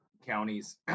counties